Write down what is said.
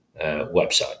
website